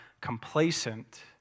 complacent